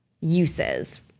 uses